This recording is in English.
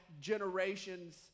generations